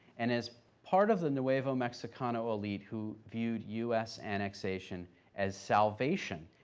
and as part of the nuevo mexicano elite who viewed u s. annexation as salvation,